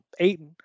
Aiden